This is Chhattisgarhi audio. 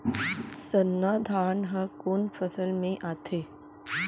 सरना धान ह कोन फसल में आथे?